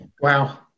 Wow